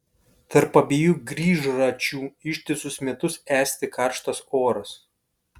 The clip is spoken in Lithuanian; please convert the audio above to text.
tarp abiejų grįžračių ištisus metus esti karštas oras